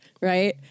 right